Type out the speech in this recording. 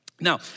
Now